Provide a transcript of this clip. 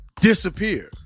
disappear